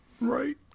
Right